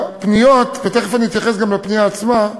הפניות, ותכף אני אתייחס גם לפנייה עצמה,